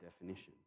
definition